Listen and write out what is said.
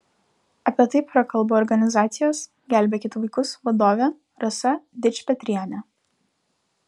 apie tai prakalbo organizacijos gelbėkit vaikus vadovė rasa dičpetrienė